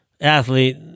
athlete